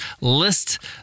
list